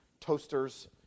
toasters